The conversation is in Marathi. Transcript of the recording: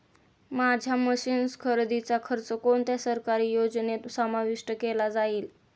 माझ्या मशीन्स खरेदीचा खर्च कोणत्या सरकारी योजनेत समाविष्ट केला जाईल?